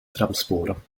tramsporen